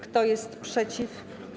Kto jest przeciw?